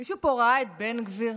מישהו פה ראה את בן גביר?